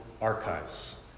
Archives